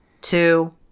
two